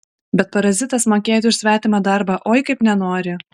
bet parazitas mokėti už svetimą darbą oi kaip nenori